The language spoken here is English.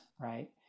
right